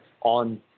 on